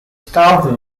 staffed